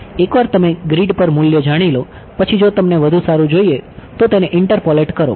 એકવાર તમે ગ્રીડ પર મૂલ્યો જાણી લો પછી જો તમને વધુ સારું જોઈએ તો તેને ઇન્ટરપોલેટ કરો